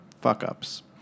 fuck-ups